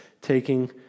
taking